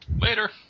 Later